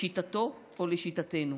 לשיטתו או לשיטתנו.